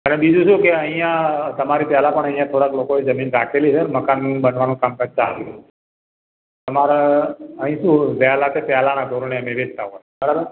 અને બીજું શું કે અહીંયા તમારી પહેલાં પણ અહીંયા થોડાક લોકોએ જમીન રાખેલી છે મકાન બનાવવાનું કામકાજ ચાલું તમારે અહીં શું વહેલાં તે પહેલાંના ધોરણે અમે વેચતા હોય બરાબર